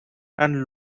and